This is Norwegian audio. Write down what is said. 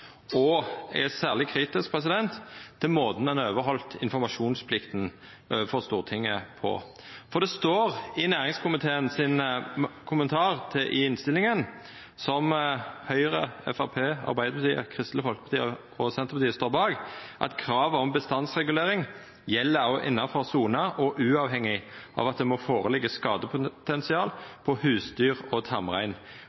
Eg er særleg kritisk til måten ein overheldt informasjonsplikta overfor Stortinget på, for det står i næringskomiteen sin kommentar i innstillinga, som Høgre, Framstegspartiet, Arbeidarpartiet, Kristeleg Folkeparti og Senterpartiet står bak: «Kravet om bestandsregulering gjelder også innenfor sona og uavhengig av at det må foreligge